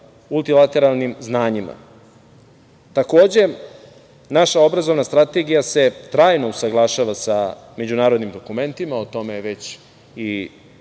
multilateralnim znanjima. Takođe, naša obrazovna strategija se trajno usaglašava sa međunarodnim dokumentima, o tome je već i